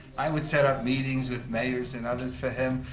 i would set up meetings with mayors and others for him,